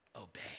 obey